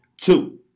two